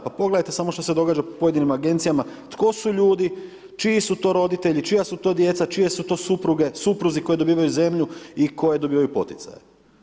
Pa pogledajte samo što se događa u pojedinim agencijama, tko su ljudi, čiji su to roditelji, čija su to djeca, čije su to supruge, supruzi koji dobivaju zemlju i koje dobivaju poticaje.